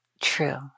true